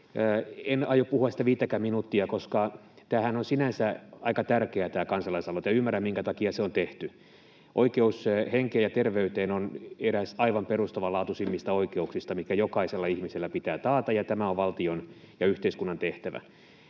En aio puhua sitä viittäkään minuuttia. Tämähän on sinänsä aika tärkeä, tämä kansalaisaloite. Ymmärrän, minkä takia se on tehty. Oikeus henkeen ja terveyteen on eräs aivan perustavanlaatuisimmista oikeuksista, mikä jokaiselle ihmiselle pitää taata, ja tämä on valtion ja yhteiskunnan tehtävä.